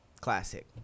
Classic